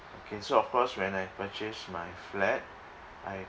okay so of course when I purchase my flat I